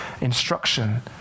instruction